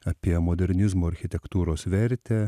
apie modernizmo architektūros vertę